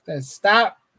Stop